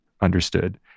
understood